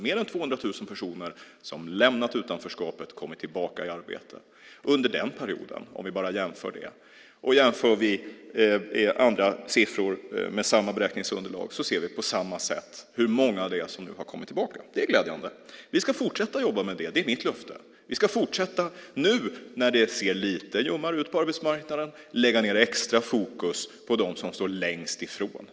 Mer än 200 000 personer hade lämnat utanförskapet och kommit tillbaka i arbete om vi bara jämför under den perioden. Om vi jämför andra siffror med samma beräkningsunderlag ser vi på samma sätt hur många det är som har kommit tillbaka. Det är glädjande. Vi ska fortsätta jobba med det. Det är mitt löfte. Vi ska fortsätta nu, när det ser lite ljummare ut på arbetsmarknaden. Vi ska sätta extra fokus på dem som står längst ifrån.